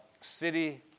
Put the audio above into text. city